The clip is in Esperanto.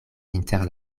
inter